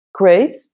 great